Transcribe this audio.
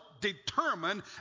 determine